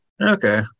Okay